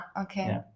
okay